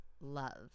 love